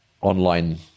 online